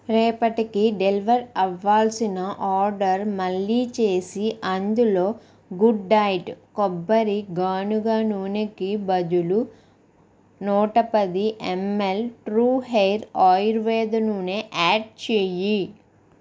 రేపటికి డెలివర్ అవ్వాల్సిన ఆర్డర్ మళ్ళీ చేసి అందులో గుడ్ డైట్ కొబ్బరి గానుగ నూనెకి బదులు నూట పది ఎంఎల్ ట్రూ హేయిర్ ఆయుర్వేద నూనె యాడ్ చేయి